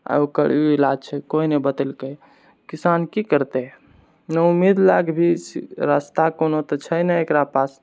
आओर ओकर ई इलाज छै कोई ने बतेलकै किसान कि करतै नाउमीद लागभी छै रास्ता कोनो तऽ छै नै एकरा पास